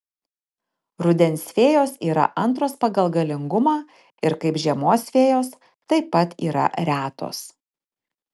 rudens fėjos yra antros pagal galingumą ir kaip žiemos fėjos taip pat yra retos